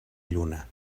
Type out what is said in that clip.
lluna